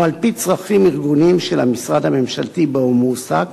או על-פי צרכים ארגוניים של המשרד הממשלתי שבו הוא מועסק,